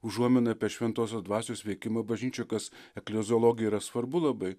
užuomina apie šventosios dvasios veikimą bažnyčioj kas ekleziologija yra svarbu labai